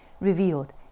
revealed